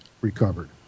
recovered